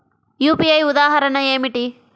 UPI ఉదాహరణ ఏమిటి?